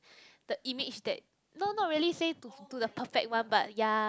the image that not not really say to to the perfect one but ya